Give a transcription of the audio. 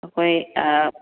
ꯑꯩꯈꯣꯏ